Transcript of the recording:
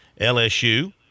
LSU